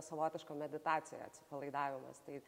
savotiška meditacija atsipalaidavimas tai